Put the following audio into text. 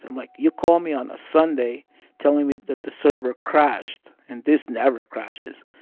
um like, you call me on a sunday telling me that the server crashed, and this never crashes.